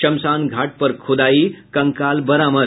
श्मशान घाट पर खुदाई कंकाल बरामद